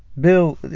Bill